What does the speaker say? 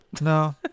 No